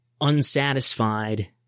unsatisfied